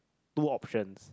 two options